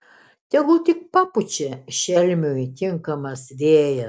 tegul tik papučia šelmiui tinkamas vėjas